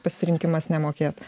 pasirinkimas nemokėt